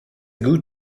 good